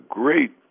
great